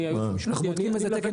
לא, אני הייעוץ המשפטי.